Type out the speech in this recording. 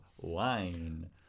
wine